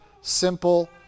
simple